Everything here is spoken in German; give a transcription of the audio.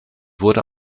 wurde